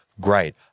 great